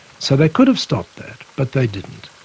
so they could have stopped that, but they didn't.